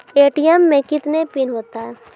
ATM मे कितने pin होता हैं?